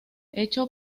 hecho